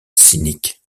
cynique